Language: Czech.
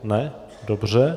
Ne, dobře.